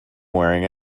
wearing